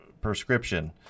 prescription